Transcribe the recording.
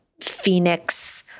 Phoenix